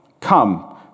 Come